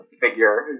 Figure